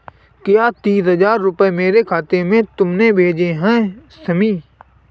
क्या तीस हजार रूपए मेरे खाते में तुमने भेजे है शमी?